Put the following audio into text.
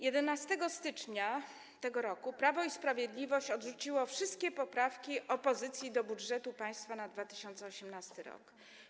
11 stycznia tego roku Prawo i Sprawiedliwość odrzuciło wszystkie poprawki opozycji do budżetu państwa na 2018 r.